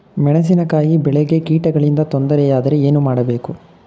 ಮೆಣಸಿನಕಾಯಿ ಬೆಳೆಗೆ ಕೀಟಗಳಿಂದ ತೊಂದರೆ ಯಾದರೆ ಏನು ಮಾಡಬೇಕು?